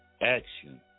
action